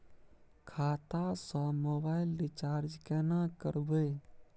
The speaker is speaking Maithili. खाता स मोबाइल रिचार्ज केना करबे?